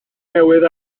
newydd